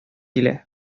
килә